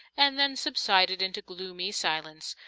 and then subsided into gloomy silence,